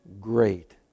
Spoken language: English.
great